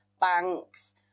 Banks